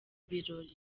birori